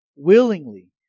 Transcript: willingly